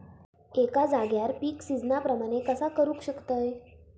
एका जाग्यार पीक सिजना प्रमाणे कसा करुक शकतय?